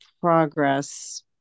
progress